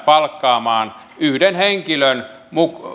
palkkaamaan yhden henkilön